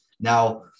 Now